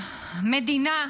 מדינה,